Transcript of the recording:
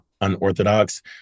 unorthodox